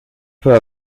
peu